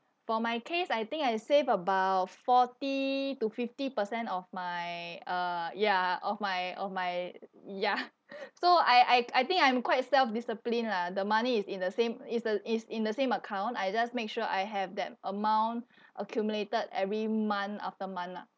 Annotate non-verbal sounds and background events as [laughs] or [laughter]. for my case I think I save about forty to fifty percent of my uh ya of my of my ya [laughs] so I I I think I'm quite self discipline lah the money is in the same is uh is in the same account I just make sure I have that amount accumulated every month after month ah